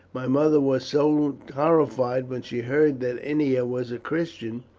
my mother was so horrified when she heard that ennia was a christian,